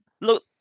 look